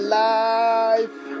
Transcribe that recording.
life